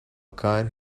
kind